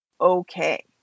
okay